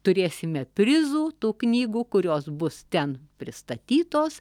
turėsime prizų tų knygų kurios bus ten pristatytos